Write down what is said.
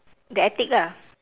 the attic ah